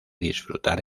disfrutar